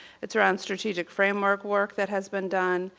it's around strategic framework, work that has been done,